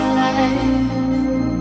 life